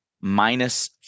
minus